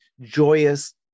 joyous